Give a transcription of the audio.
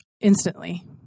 instantly